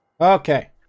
Okay